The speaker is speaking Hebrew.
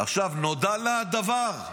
נודע לה הדבר.